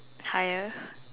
higher